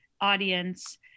audience